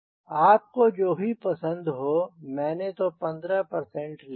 आप को जो भी पसंद हो मैंने तो 15 लिया है